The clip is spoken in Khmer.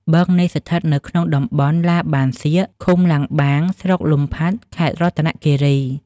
បឹងនេះស្ថិតនៅក្នុងតំបន់ឡាបានសៀក ឃុំឡាំងបាង ស្រុកលំផាត់ ខេត្តរតនគិរី។